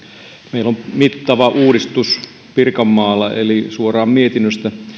meillä on mittava uudistus pirkanmaalla eli suoraan mietinnöstä